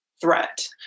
threat